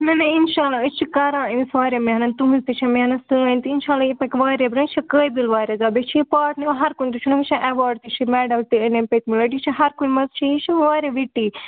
نَہ نَہ اِنشاء اللہ أسۍ چھِ کران أمِس واریاہ محنَت تُہٕنٛز تہِ چھےٚ محنت سٲنۍ تہِ اِنشاء اللہ یہِ پَکہِ واریاہ برٛونٛہہ یہِ چھےٚ واریاہ قٲبِل واریاہ زیادٕ بیٚیہِ چھِ یہِ پاٹ نِوان ہَر کُنہِ تُہۍ چھُو نَہ وٕچھان اٮ۪واڈ تہِ چھِ مٮ۪ڈَل تہِ أنۍ أمۍ پٔتۍمہِ لَٹہِ یہِ چھِ ہَر کُنہِ منٛز چھےٚ یہِ چھِ واریاہ وِٹی